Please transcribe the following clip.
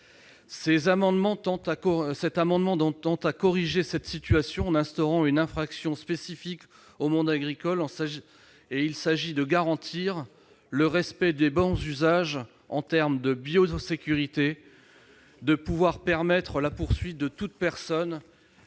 Cet amendement tend à corriger cette situation en instaurant une infraction spécifique pour le monde agricole. Il s'agit de garantir le respect des bons usages en termes de biosécurité, de permettre la poursuite de toute personne